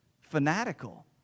fanatical